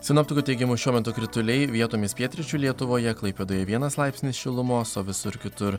sinoptikų teigimu šiuo metu krituliai vietomis pietryčių lietuvoje klaipėdoje vienas laipsnis šilumos o visur kitur